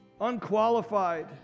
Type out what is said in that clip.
unqualified